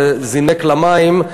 שזינק למים,